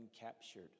captured